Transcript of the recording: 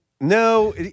No